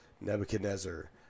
Nebuchadnezzar